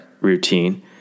routine